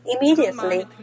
immediately